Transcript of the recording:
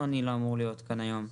אני לא אמור להיות כאן היום,